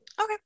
Okay